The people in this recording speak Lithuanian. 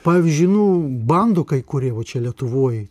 pavyzdžiui nu bandokai kurie čia lietuvoj